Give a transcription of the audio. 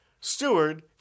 Steward